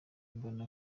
mbona